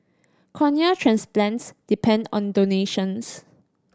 cornea transplants depend on donations